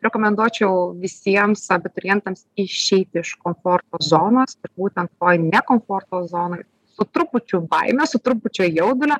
rekomenduočiau visiems abiturientams išeiti iš komforto zonos būtent toj ne komforto zonoj su trupučiu baimės su trupučio jaudulio